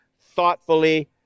thoughtfully